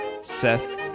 Seth